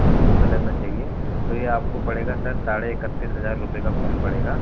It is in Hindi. ब्लू कलर में चाहिए तो आपको पड़ेगा सारे साढ़े इकत्तीस हज़ार रुपये का फ़ोन पड़ेगा